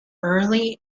early